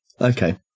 okay